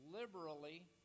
Liberally